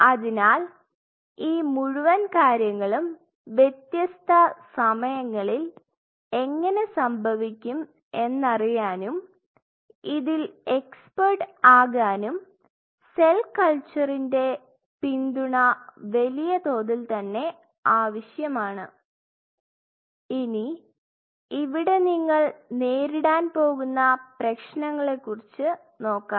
അതിനാൽ ഈ മുഴുവൻ കാര്യങ്ങളും വ്യത്യസ്ത സമയങ്ങളിൽ എങ്ങനെ സംഭവിക്കും എന്നറിയാനും ഇതിൽ എക്സ്പർട്ട് ആകാനും സെൽ കൾച്ചർൻറെ പിന്തുണ വലിയ തോതിൽ തന്നെ ആവശ്യമാണ് ഇനി ഇവിടെ നിങ്ങൾ നേരിടാൻ പോകുന്ന പ്രശ്നങ്ങളെക്കുറിച്ച് നോക്കാം